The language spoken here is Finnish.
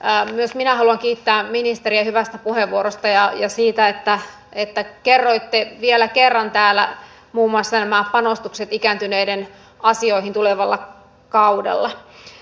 myös minä haluan kiittää ministeriä hyvästä puheenvuorosta ja siitä että kerroitte vielä kerran täällä muun muassa nämä panostukset ikääntyneiden asioihin tulevalla kaudella